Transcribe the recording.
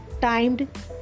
timed